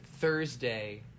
Thursday